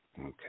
Okay